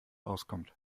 auskommt